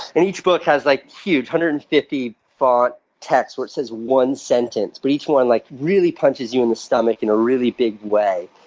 and each book has like huge, one hundred and fifty font text where it says one sentence. but each one like really punches you in the stomach in a really big way.